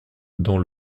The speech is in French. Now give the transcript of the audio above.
dans